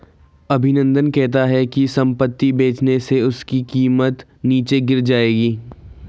अभिनंदन कहता है कि संपत्ति बेचने से उसकी कीमत नीचे गिर जाएगी